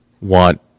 want